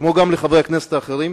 כמו לחברי הכנסת האחרים,